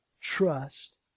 trust